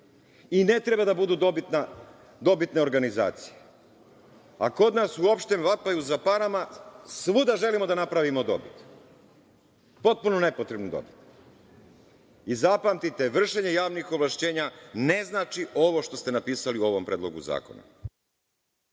i ne treba da budu dobitne organizacije. Kod nas u opštem vapaju za parama svuda želimo na napravimo dobit. Potpuno nepotrebnu dobit. Zapamtite, vršenje javnih ovlašćenja ne znači ovo što ste napisali u ovom predlogu zakona.